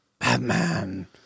Batman